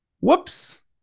whoops